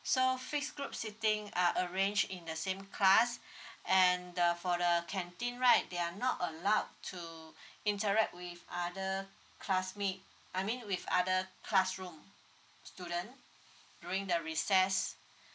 so fix group sitting are arrange in the same class and the for the canteen right they are not allowed to interact with other classmate I mean with other classroom student during the recess